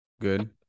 Good